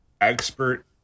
expert